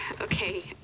Okay